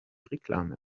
reklame